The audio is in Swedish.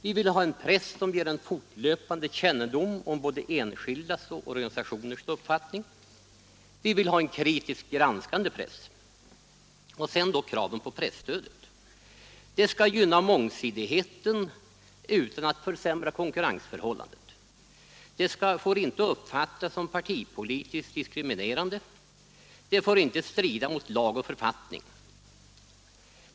Vi vill ha en press som ger fortlöpande kännedom om både enskildas och organisationers uppfattning. Vi vill ha en kritiskt granskande press. Sedan kraven på presstödet: Det skall gynna mångsidigheten utan att försämra konkurrensförhållandet. Det får inte uppfattas som partipolitiskt diskriminerande. Det får inte strida mot lag och författning.